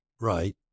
right